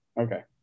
okay